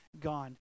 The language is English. gone